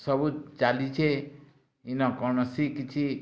ସବୁ ଚାଲିଛେ ଇନ କୌଣସି କିଛି